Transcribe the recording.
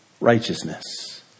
righteousness